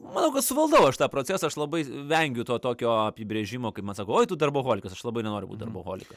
manau kad valdau aš tą procesą aš labai vengiu to tokio apibrėžimo kaip man sako oi tu darboholikas aš labai nenoriu būti darboholikas